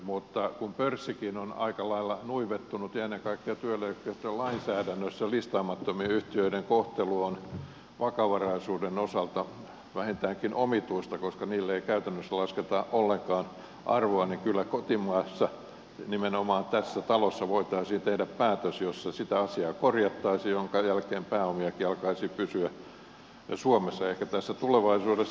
mutta kun pörssikin on aika lailla nuivettunut ja ennen kaikkea työeläkeyhtiölainsäädännössä listaamattomien yhtiöiden kohtelu on vakavaraisuuden osalta vähintäänkin omituista koska niille ei käytännössä lasketa ollenkaan arvoa niin kyllä kotimaassa nimenomaan tässä talossa voitaisiin tehdä päätös jossa sitä asiaa korjattaisiin minkä jälkeen pääomiakin alkaisi pysyä suomessa ehkä tulevaisuudessa